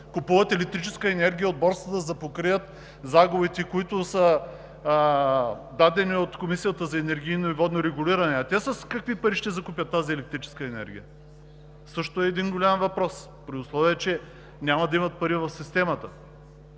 купуват електрическа енергия от борсата, за да покрият загубите, които са дадени от Комисията за енергийно и водно регулиране. А те с какви пари ще закупят тази електрическа енергия? Също един голям въпрос, при условие че няма да имат пари в системата.